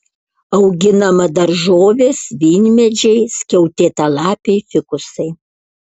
auginama daržovės vynmedžiai skiautėtalapiai fikusai